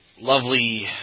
lovely